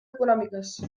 econòmiques